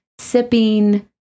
sipping